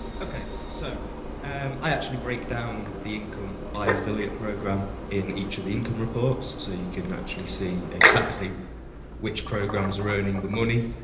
ok so um i actually break down the income by affiliate program in each income report so you can actually see exactly which programs are earning the money.